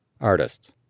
Artists